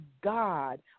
God